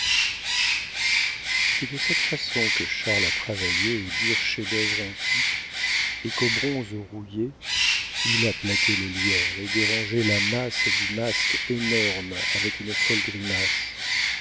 c'est de cette façon que charle a travaillé au dur chef-d'œuvre antique et qu'au bronze rouillé il a plaqué le lierre et dérangé la masse du masque énorme avec une folle grimace